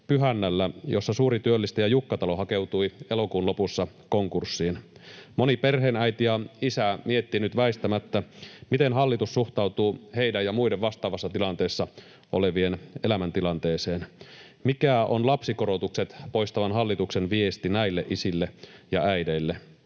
jossa suuri työllistäjä Jukkatalo hakeutui elokuun lopussa konkurssiin. Moni perheenäiti ja ‑isä miettii nyt väistämättä, miten hallitus suhtautuu heidän ja muiden vastaavassa tilanteessa olevien elämäntilanteeseen. Mikä on lapsikorotukset poistavan hallituksen viesti näille isille ja äideille?